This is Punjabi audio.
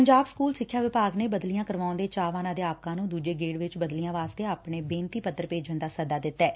ਪੰਜਾਬ ਸਕੁਲ ਸਿੱਖਿਆ ਵਿਭਾਗ ਨੇ ਬਦਲੀਆਂ ਕਰਵਾਉਣ ਦੇ ਚਾਹਵਾਨ ਅਧਿਆਪਕਾਂ ਨੂੰ ਦੁਜੇ ਗੇਤ ਵਿੱਚ ਬਦਲੀਆਂ ਵਾਸਤੇ ਆਪਣੇ ਬੇਨੱਤੀ ਪੱਤਰ ਭੇਜਣ ਦਾ ਸੱਦਾ ਦਿਤੈ